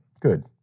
Good